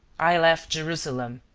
i left jerusalem.